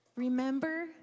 remember